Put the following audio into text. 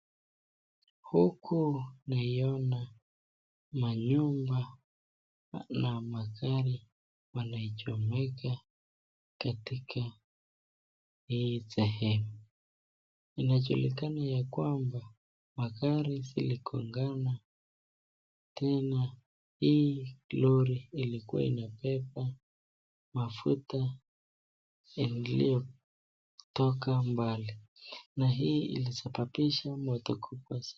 Huku naiona manyumba na magari yanachomeka katika hii sehemu ,inajulikana ya kwamba magari ziligongana tena hii lori ilikuwa imebeba mafuta iliyotoka mbali na hii ilisababisha moto kubwa sana.